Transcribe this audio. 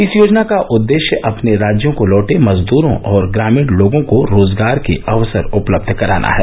इस योजना का उद्देश्यव अपने राज्यों को लौटे मजदूरों और ग्रामीण लोगों को रोजगार के अवसर उपलब्ध कराना है